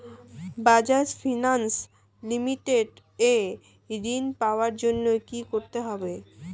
Bajaj finance limited এ ঋন পাওয়ার জন্য কি করতে হবে?